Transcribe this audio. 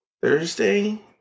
Thursday